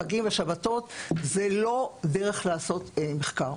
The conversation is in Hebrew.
חגים ושבתות זו לא דרך לעשות מחקר.